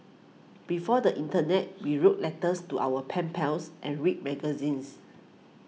before the internet we wrote letters to our pen pals and read magazines